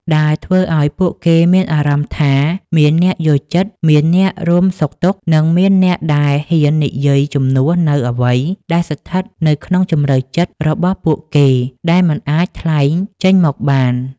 ដែលធ្វើឱ្យពួកគេមានអារម្មណ៍ថាមានអ្នកយល់ចិត្ត មានអ្នករួមសុខទុក្ខ និងមានអ្នកដែលហ៊ាននិយាយជំនួសនូវអ្វីដែលស្ថិតនៅក្នុងជម្រៅចិត្តរបស់ពួកគេដែលមិនអាចថ្លែងចេញមកបាន។